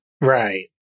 Right